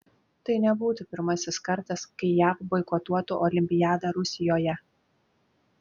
tai nebūtų pirmasis kartas kai jav boikotuotų olimpiadą rusijoje